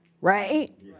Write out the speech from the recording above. right